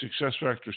SuccessFactors